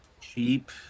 cheap